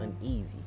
uneasy